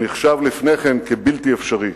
שנחשב לפני כן כבלתי אפשרי,